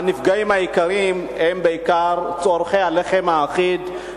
הנפגעים העיקריים הם בעיקר צורכי הלחם האחיד,